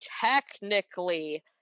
technically